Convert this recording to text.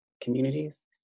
communities